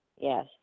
Yes